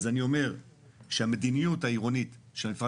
אז אני אומר שהמדיניות העירונית של המפרט